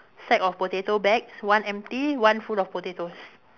sack of potato bags one empty one full of potatoes